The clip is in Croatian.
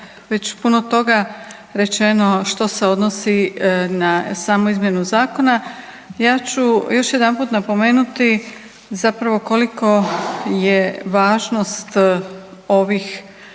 već puno toga rečeno što se odnosi na samu izmjenu zakona, ja ću još jedanput napomenuti zapravo koliko je važnost ovih